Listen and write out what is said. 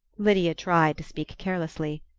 lydia tried to speak carelessly.